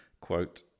Quote